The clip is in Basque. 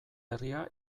herria